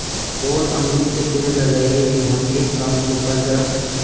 कोन अमरुद के पेड़ लगइयै कि एक साल में पर जाएं?